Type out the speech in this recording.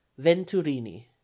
venturini